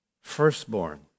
firstborn